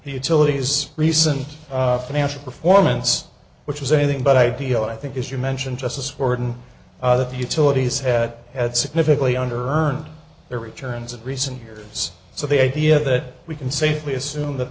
utilities recent financial performance which was anything but ideal i think as you mentioned justice warden the utilities had at significantly under earned their returns in recent years so the idea that we can safely assume that